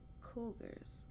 Cougars